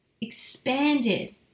expanded